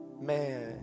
man